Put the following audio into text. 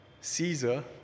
Caesar